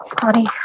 Sorry